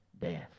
death